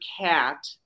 cat